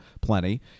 Plenty